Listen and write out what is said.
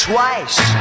Twice